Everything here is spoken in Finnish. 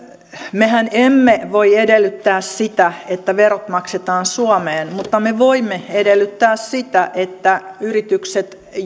mehän emme voi edellyttää sitä että verot maksetaan suomeen mutta me voimme edellyttää sitä että yritykset